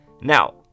Now